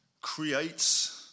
creates